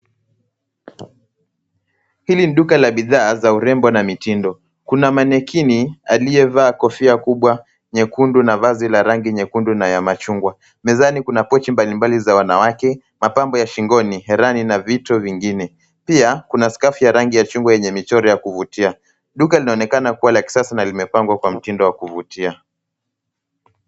Hili ni duka la bidhaa za urembo na mitindo. Kuna manikini aliyevaa kofia kubwa nyekundu na vazi la rangi nyekundu na ya machungwa. Mezani kuna pochi mbalimbali za wanawake, mapambo ya shingoni herini na vito vingine. Pia kuna scafu ya rangi ya machungwa yenye rangi ya kuvutia. Duka linaonekana kuwa la kisasa na limepangwa kwa mtindo wa kuvutia.